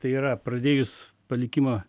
tai yra pradėjus palikimą